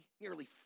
nearly